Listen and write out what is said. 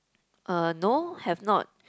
uh no have not